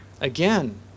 Again